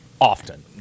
Often